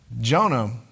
Jonah